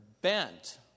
bent